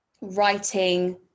writing